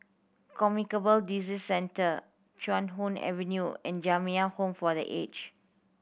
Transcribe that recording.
Communicable Disease Centre Chuan Hoe Avenue and Jamiyah Home for The Aged